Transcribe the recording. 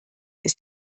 ist